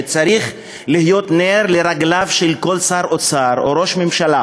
שצריך להיות נר לרגליו של כל שר אוצר וראש ממשלה